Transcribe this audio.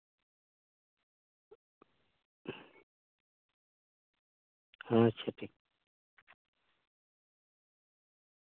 ᱦᱮᱸᱻ ᱟᱪᱪᱷᱟ ᱴᱷᱤᱠ